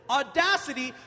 audacity